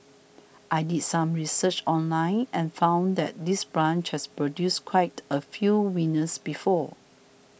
I did some research online and found that this branch has produced quite a few winners before